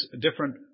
different